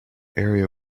area